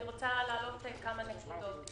אני רוצה להעלות כמה נקודות.